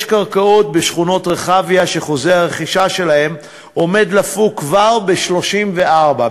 יש קרקעות בשכונת רחביה שחוזי הרכישה שלהן עומדים לפוג כבר ב-34',